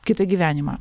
kitą gyvenimą